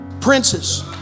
Princes